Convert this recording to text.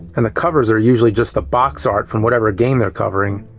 and the covers are usually just the box art from whatever game they're covering.